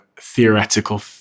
theoretical